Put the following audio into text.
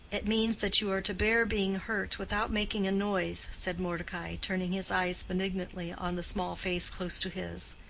it means that you are to bear being hurt without making a noise, said mordecai, turning his eyes benignantly on the small face close to his.